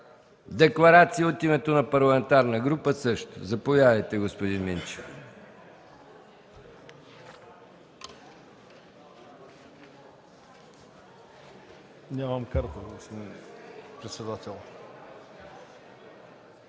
декларация от името на парламентарна група. Заповядайте, господин Минчев.